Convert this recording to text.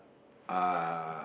uh